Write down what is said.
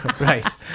Right